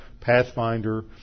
pathfinder